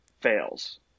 fails